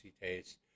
taste